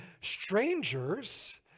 strangers